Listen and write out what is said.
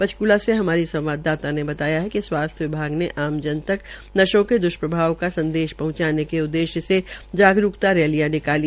पंचक्ला से हमारी संवाददाता ने बताया कि स्वास्थ्य विभाग ने आम जन तक नशों के द्वष्प्रभाव का संदेश पहुंचाने के उद्देश्य से जागरूक्ता रैलिया निकाली